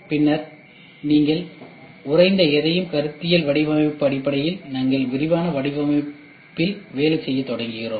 பின்னர் நீங்கள் உறைந்த எதையும் கருத்தியல் வடிவமைப்பின் அடிப்படையில் நாங்கள் விரிவான வடிவமைப்பில் வேலை செய்யத் தொடங்குகிறோம்